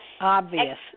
Obvious